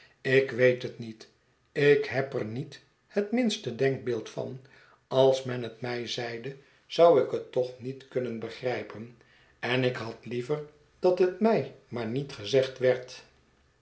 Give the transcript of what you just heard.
ik weet het niet ik heb er niet het minste denkbeeld van als men het mij zeide zou ik het toch niet kunnen begrijpen en ik had liever dat het mij maar niet gezegd werd